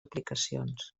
aplicacions